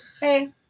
Hey